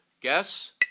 Guess